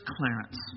Clarence